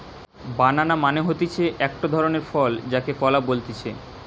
বানানা মানে হতিছে একটো ধরণের ফল যাকে কলা বলতিছে